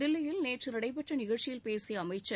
தில்லியில் நேற்று நடைபெற்ற நிகழ்ச்சியில் பேசிய அமைச்சர்